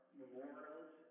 memorials